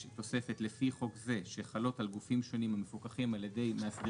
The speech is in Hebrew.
תוספת "לפי חוק זה שחלות על גופים שונים המפוקחים על ידי מאסרים